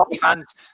fans